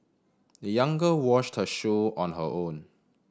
the young girl washed her shoe on her own